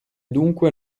dunque